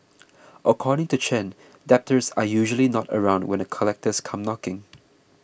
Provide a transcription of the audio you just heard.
according to Chen debtors are usually not around when the collectors come knocking